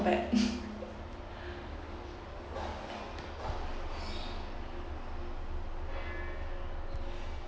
not bad